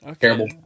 Terrible